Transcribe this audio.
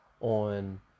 on